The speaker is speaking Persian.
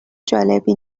جالبی